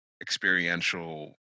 experiential